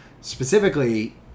specifically